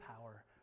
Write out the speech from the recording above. power